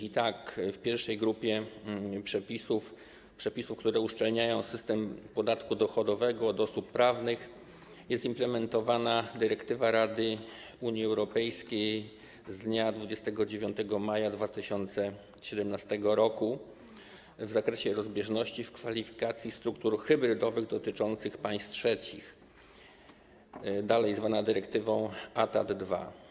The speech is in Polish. I tak w pierwszej grupie przepisów, które uszczelniają system podatku dochodowego od osób prawnych, jest implementowana dyrektywa Rady Unii Europejskiej z dnia 29 maja 2017 r. w zakresie rozbieżności w kwalifikacji struktur hybrydowych dotyczących państw trzecich, zwana dalej dyrektywą ATAD 2.